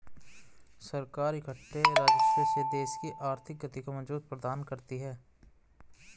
सरकार इकट्ठे राजस्व से देश की आर्थिक गति को मजबूती प्रदान करता है